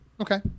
Okay